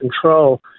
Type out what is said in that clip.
control